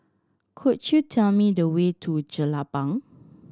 could you tell me the way to Jelapang